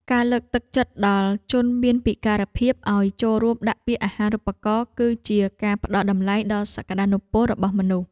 ការលើកទឹកចិត្តដល់ជនមានពិការភាពឱ្យចូលរួមដាក់ពាក្យអាហារូបករណ៍គឺជាការផ្តល់តម្លៃដល់សក្តានុពលរបស់មនុស្ស។